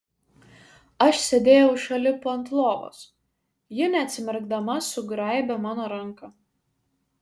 aš sėdėjau šalip ant lovos ji neatsimerkdama sugraibė mano ranką